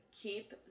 keep